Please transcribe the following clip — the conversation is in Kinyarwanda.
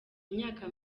imyaka